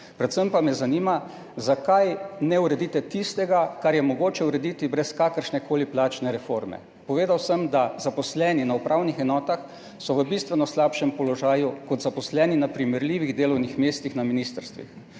Predvsem pa me zanima: Zakaj ne uredite tistega, kar je mogoče urediti brez kakršnekoli plačne reforme? Povedal sem, da so zaposleni na upravnih enotah v bistveno slabšem položaju kot zaposleni na primerljivih delovnih mestih na ministrstvih.